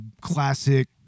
classic